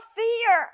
fear